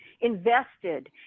invested